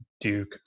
Duke